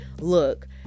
look